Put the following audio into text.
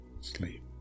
Sleep